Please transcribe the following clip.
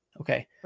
Okay